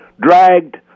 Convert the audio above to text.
dragged